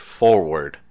forward